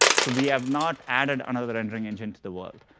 so we have not added another rendering engine to the world.